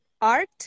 art